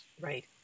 Right